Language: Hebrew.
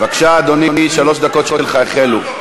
בבקשה, אדוני, שלוש הדקות שלך החלו.